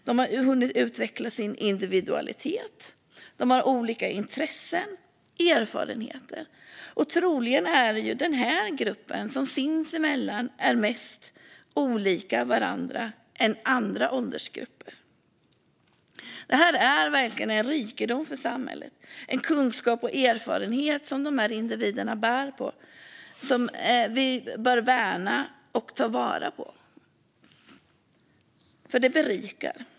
De har hunnit utveckla sin individualitet. De har olika intressen och erfarenheter. Troligen är det i denna grupp som individerna sinsemellan är mest olika varandra, jämfört med andra åldersgrupper. Detta är verkligen en rikedom för samhället. Dessa individer bär på en kunskap och en erfarenhet som vi bör värna och ta vara på, för det berikar.